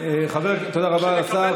תודה רבה לשר.